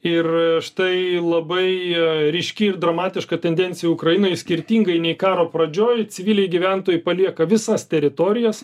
ir štai labai ryški ir dramatiška tendencija ukrainoj skirtingai nei karo pradžioj civiliai gyventojai palieka visas teritorijas